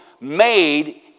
Made